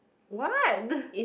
what